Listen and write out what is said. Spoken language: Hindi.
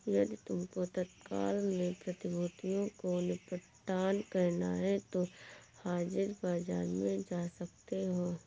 यदि तुमको तत्काल में प्रतिभूतियों को निपटान करना है तो हाजिर बाजार में जा सकते हो